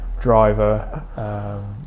driver